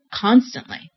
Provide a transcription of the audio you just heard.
Constantly